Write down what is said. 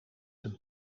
een